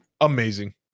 Amazing